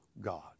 God